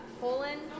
Poland